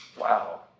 Wow